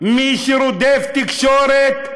מי שרודף תקשורת,